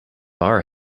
our